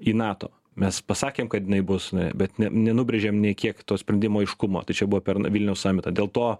į nato mes pasakėm kad jinai bus ne bet nenubrėžėm nei kiek to sprendimo aiškumo tai čia buvo per n vilniaus samitą dėl to